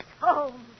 home